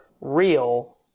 real